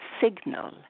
signal